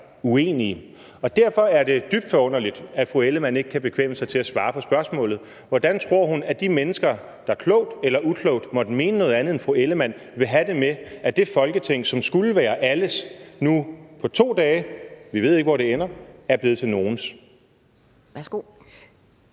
uenige. Derfor er det dybt forunderligt, at fru Karen Ellemann ikke kan bekvemme sig til at svare på spørgsmålet: Hvordan tror hun at de mennesker, der klogt eller uklogt måtte mene noget andet end fru Karen Ellemann, vil have det med, at det Folketing, som skulle være alles, nu på 2 dage – vi ved ikke, hvor det ender – er blevet til nogles? Kl.